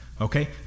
okay